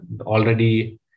already